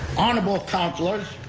honorable councilors,